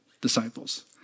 disciples